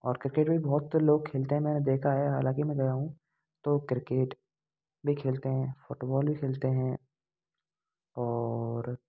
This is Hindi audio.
और किर्केट भी बहुत लोग खेलते हैं मैंने देखा है हालांकि मैं गया हूँ तो किर्केट भी खेलते हैं फुटबॉल भी खेलते हैं और